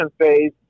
phase